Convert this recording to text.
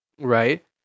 right